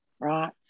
right